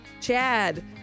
Chad